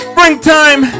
Springtime